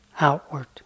outward